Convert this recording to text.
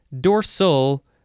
dorsal